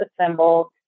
assembled